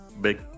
big